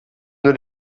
nur